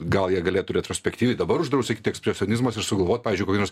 gal jie galėtų retrospektyviai dabar uždraust sakyt ekspresionizmas ir sugalvot pavyzdžiui kokį nors